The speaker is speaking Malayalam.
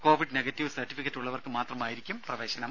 കോവിഡ് നെഗറ്റീവ് സർട്ടിഫിക്കറ്റ് ഉള്ളവർക്ക് മാത്രമായിരിക്കും പ്രവേശനം